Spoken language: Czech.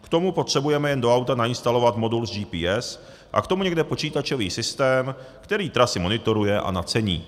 K tomu potřebujeme jen do auta nainstalovat modul s GPS a k tomu někde počítačový systém, který trasy monitoruje a nacení.